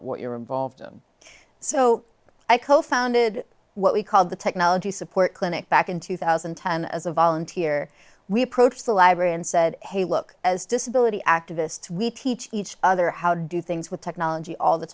what you're involved i'm so i cofounded what we called the technology support clinic back in two thousand and ten as a volunteer we approached the library and said hey look as disability activists we teach each other how do things with technology all the